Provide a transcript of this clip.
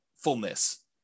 Fullness